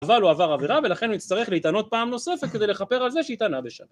אבל הוא עבר עבירה ולכן הוא יצטרך להתענות פעם נוספת כדי לכפר על זה שהתענה בשבת